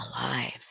alive